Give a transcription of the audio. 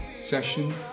session